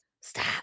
Stop